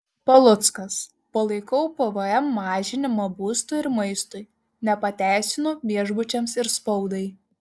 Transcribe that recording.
paluckas palaikau pvm mažinimą būstui ir maistui nepateisinu viešbučiams ir spaudai